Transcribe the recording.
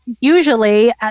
usually